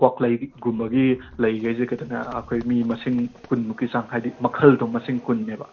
ꯀ꯭ꯋꯥꯛꯂꯩꯒꯨꯝꯕꯒꯤ ꯂꯩꯒꯩꯁꯦ ꯈꯇꯅ ꯑꯈꯣꯏꯒꯤ ꯃꯤ ꯃꯁꯤꯡ ꯀꯨꯟꯃꯨꯛꯀꯤ ꯆꯥꯡ ꯍꯥꯏꯗꯤ ꯃꯈꯜꯗꯣ ꯃꯁꯤꯡ ꯀꯨꯟꯅꯦꯕ